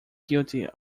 guilty